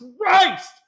Christ